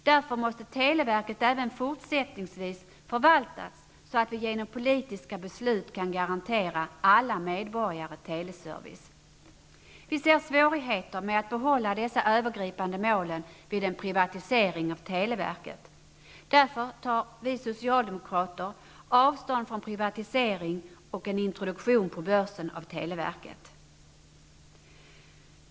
Därför måste televerket även fortsättningsvis förvaltas så att vi genom politiska beslut kan garantera alla medborgare teleservice. Vi ser svårigheter med att behålla dessa övergripande mål vid en privatisering av televerket. Därför tar vi socialdemokrater avstånd från privatisering och en introduktion på börsen av televerket.